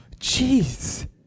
Jeez